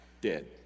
dead